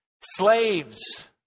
slaves